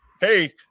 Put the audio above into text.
hey